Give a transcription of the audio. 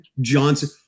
Johnson